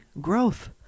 Growth